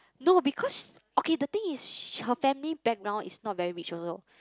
no because okay the thing is her family background is not very rich also